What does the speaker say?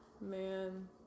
Man